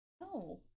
No